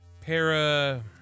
Para